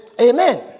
Amen